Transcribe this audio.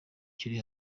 kiri